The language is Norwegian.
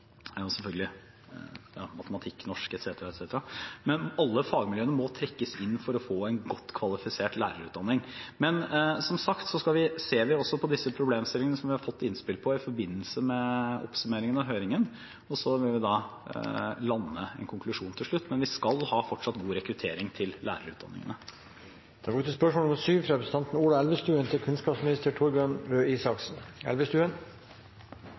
er selvfølgelig matematikk, norsk etc. etc. Men alle fagmiljøene må altså trekkes inn for å få en godt kvalifisert lærerutdanning. Men som sagt ser vi også på de problemstillingene som vi har fått innspill på i forbindelse med oppsummeringen av høringen, og så vil vi lande en konklusjon til slutt. Men vi skal fortsatt ha god rekruttering til lærerutdanningene. Spørsmålet er til